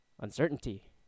Uncertainty